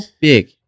big